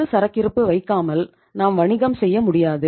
ஒரு சரக்கிறுப்பு வைக்காமல் நாம் வணிகம் செய்ய முடியாது